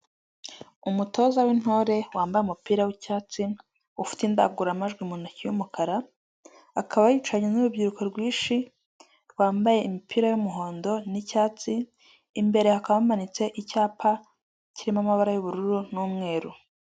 Umutoza w'intore wambaye umupira w'icyatsi ufite indangururamajwi mu ntoki y'umukara akaba yicaranye n'urubyiruko rwinshi rwambaye imipira y'umuhondo n'icyatsi imbere hakaba hamanitse icyapa kirimo amaba y'ubururu n'umweru.